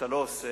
כשאתה לא עושה,